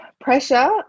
pressure